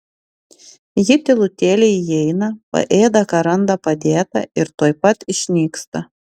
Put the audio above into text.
ji tylutėliai įeina paėda ką randa padėta ir tuoj pat išnyksta